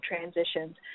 transitions